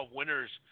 winners